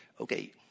Okay